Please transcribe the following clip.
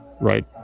right